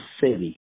city